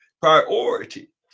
priority